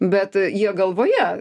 bet jie galvoje